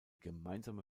gemeinsame